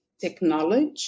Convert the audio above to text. technology